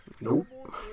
Nope